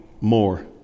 more